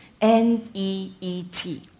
N-E-E-T